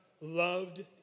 loved